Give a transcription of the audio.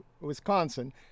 Wisconsin